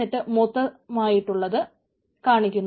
എന്നിട്ട് മൊത്തമായിട്ടുള്ളത് കാണിക്കുന്നു